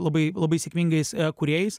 labai labai sėkmingais kūrėjais